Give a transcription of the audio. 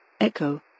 Echo